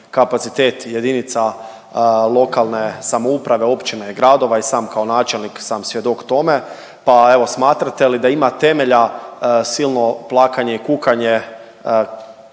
kapacitet jedinica lokalne samouprave općina i gradova i sam kao načelnik sam svjedok tome. Pa evo smatrate li da ima temelja silno plakanje i kukanje